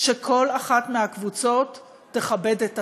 שכל אחת מהקבוצות תכבד את השאר.